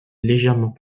légèrement